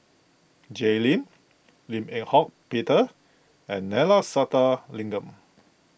Jay Lim Lim Eng Hock Peter and Neila Sathyalingam